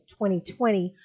2020